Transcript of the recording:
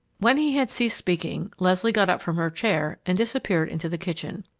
when he had ceased speaking, leslie got up from her chair and disappeared into the kitchen.